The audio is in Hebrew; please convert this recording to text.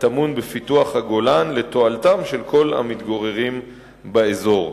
הטמון בפיתוח הגולן לתועלתם של כל המתגוררים באזור.